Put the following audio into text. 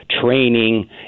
training